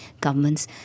governments